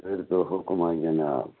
کٔرۍتَو حُکماہ جِناب